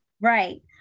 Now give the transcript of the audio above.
right